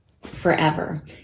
forever